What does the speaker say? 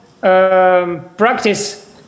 practice